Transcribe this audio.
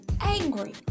angry